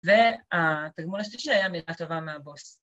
‫והתגמול השלישי היה הטבה מהבוס.